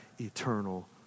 eternal